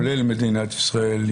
כולל מדינת ישראל,